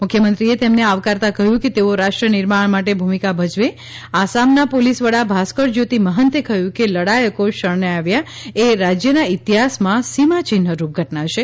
મુખ્યમંત્રીએ તેમને આવકારતાં કહ્યું કે તેઓ રાષ્ટ્રનિર્માણ માટે ભૂમિકા ભજવે આસામના પોલીસ વડા ભાસ્કર જ્યોતિ મહંતે કહ્યુંકે લડાયકો શરણે આવ્યા એ રાજ્યના ઈતિહાસમાં સીમાચિહ્નનરૂપ ધટના છે